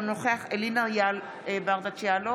אינו נוכח אלינה ברדץ' יאלוב,